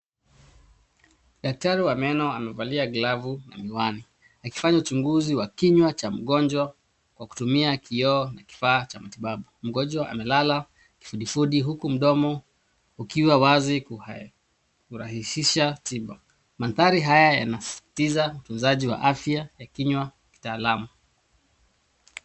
Daktari wa meno amevalia glavu na miwani akifanya uchunguzi wa kinywa cha mgonjwa kwa kutumia kioo kifaa cha matibabu. Mgonjwa amelala kifudifudi huku mdomo ukiwa wazi kurahisisha kuchimba. Mandhari haya yanasisiza wa utunzaji wa afya ya kinywa kitaalamu.